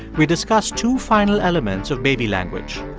we discuss two final elements of baby language.